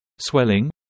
swelling